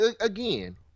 again